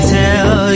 tell